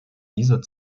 dieser